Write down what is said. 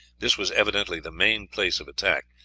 this was evidently the main place of attack,